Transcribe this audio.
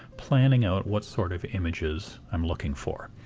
planning out what sort of images i'm looking for,